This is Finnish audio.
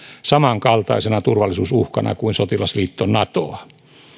samankaltaisena turvallisuusuhkana kuin sotilasliitto natoa